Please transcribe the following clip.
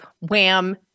Wham